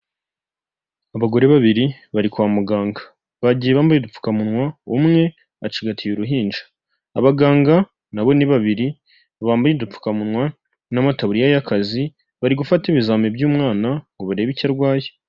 Abagore babiri bari kwa muganga. Bagiye bambaye udupfukamunwa, umwe acigatiye uruhinja, abaganga na bo ni babiri, bambaye udupfukamunwa n'amataburiya y'akazi, bari gufata ibizami by'umwana ngo barebe icyo arwaye.